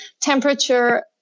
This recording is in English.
temperature